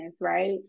Right